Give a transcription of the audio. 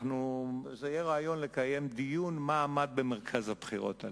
וזה יהיה רעיון לקיים דיון מה עמד במרכז הבחירות הללו.